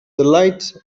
delight